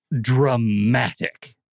dramatic